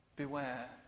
beware